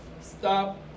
stop